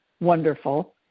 wonderful